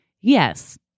yes